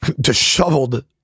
disheveled